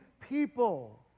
people